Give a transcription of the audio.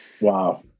Wow